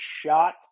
shot